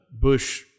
Bush